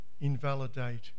invalidate